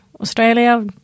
Australia